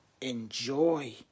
Enjoy